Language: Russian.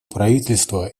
правительства